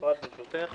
אפרת, ברשותך.